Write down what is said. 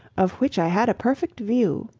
of which i had a perfect view.